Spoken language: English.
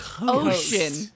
Ocean